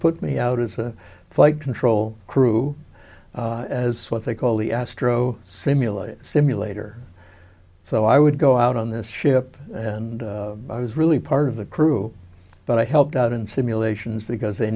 put me out as a flight control crew as what they call the astro simulator simulator so i would go out on this ship and i was really part of the crew but i helped out in simulations because they